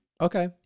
Okay